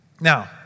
Now